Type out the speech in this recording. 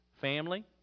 family